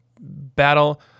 battle